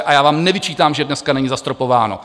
A já vám nevyčítám, že dneska není zastropováno.